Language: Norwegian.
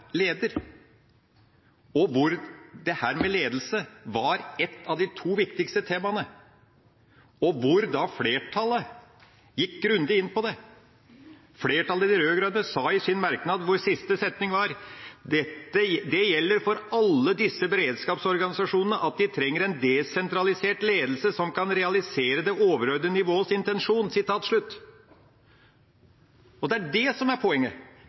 leder, og hvor dette med ledelse var ett av de to viktigste temaene, og hvor flertallet gikk grundig gikk inn på det. Flertallet, de rød-grønne, sa i en merknad, hvor siste setning var: «Det gjelder for alle disse beredskapsorganisasjonene at de trenger en desentralisert ledelse som kan realisere det overordnede nivåets intensjon.» Det er det som er poenget.